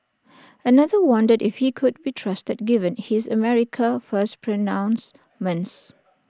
another wondered if he could be trusted given his America First pronouncements